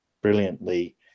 brilliantly